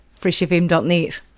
freshfm.net